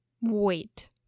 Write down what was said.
Wait